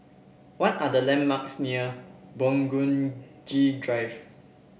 what are the landmarks near Burgundy Drive